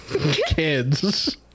Kids